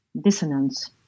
dissonance